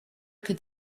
could